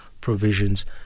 provisions